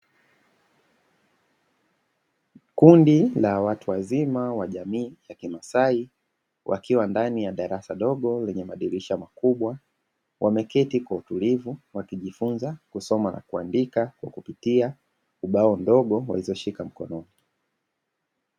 Kundi la watu wazima wa jamii ya kimasai, wakiwa ndani ya darasa dogo lenye madirisha makubwa, wameketi kwa utulivu wakijifunza kusoma na kuandika kupitia ubao, mdogo walizoshika mkononi.